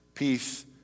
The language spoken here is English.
peace